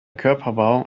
körperbau